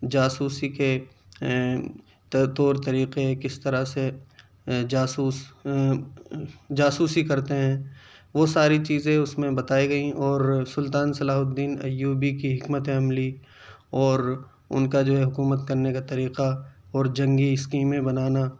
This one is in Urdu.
جاسوسی کے طور طریقے کس طرح سے جاسوس جاسوسی کرتے ہیں وہ ساری چیزیں اس میں بتائی گئیں اور سلطان صلاح الدین ایوبی کی حکمت عملی اور ان کا جو ہے حکومت کرنے کا طریقہ اور جنگی اسکیمیں بنانا